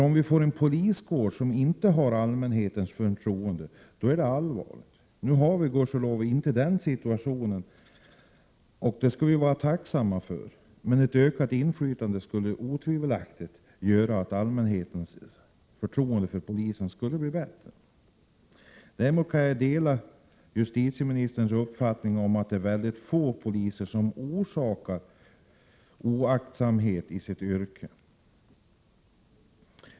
Om vi får en poliskår som inte har allmänhetens förtroende är det allvarligt. Nu har vi inte den situationen, och det skall vi vara tacksamma för. Men ett ökat kommunalt inflytande skulle otvivelaktigt medföra att allmänhetens förtroende för polisen förbättrades. Jag kan samtidigt dela justitieministerns uppfattning att det är mycket få poliser som visar oaktsamhet i utövningen av sitt yrke.